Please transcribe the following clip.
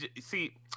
see